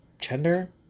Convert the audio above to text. gender